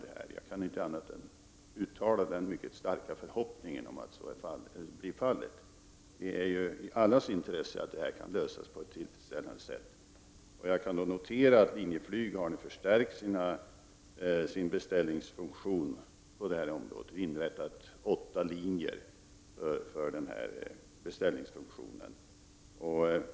Jag kan inte annat än uttala den mycket starka förhoppningen att så verkligen blir fallet. Det ligger ju i allas intresse att dessa problem kan lösas på ett tillfredsställande sätt. Jag noterar att Linjeflyg har förstärkt sin beställningsfunktion och inrättat åtta linjer för beställningsverksamheten.